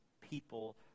people